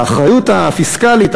האחריות הפיסקלית,